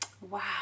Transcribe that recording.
Wow